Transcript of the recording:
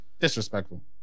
Disrespectful